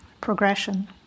progression